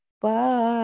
bye